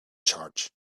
charge